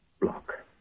Block